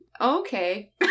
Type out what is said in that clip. Okay